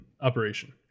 operation